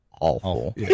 awful